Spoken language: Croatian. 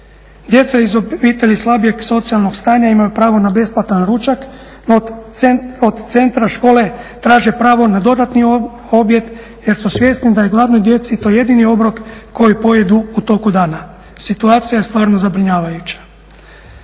Djeca iz obitelji slabijeg socijalnog stanja imaju pravo na besplatan ručak, no od centra škole traže pravo na dodatni objed jer su svjesni da je gladnoj djeci to jedini obrok koji pojedu u toku dana. Situacija je stvarno zabrinjavajuća.